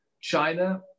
China